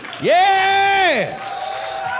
Yes